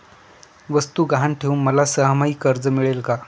वस्तू गहाण ठेवून मला सहामाही कर्ज मिळेल का?